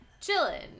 chilling